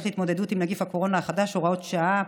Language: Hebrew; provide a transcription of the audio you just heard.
להתמודדות עם נגיף הקורונה החדש (הוראת שעה),